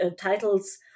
titles